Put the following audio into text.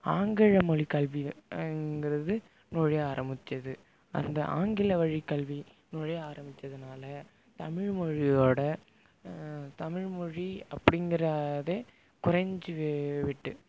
ஆங்கிலேயே மொழிக் கல்வியை ங்கிறது நுழைய ஆரமிக்குது அந்த ஆங்கில வழிக்கல்வி நுழைய ஆரமிச்சதனால தமிழ்மொழியோட தமிழ்மொழி அப்படிங்கிற அதே குறைஞ்சிவே விட்டு